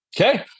Okay